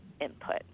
input